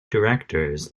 directors